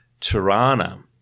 Tirana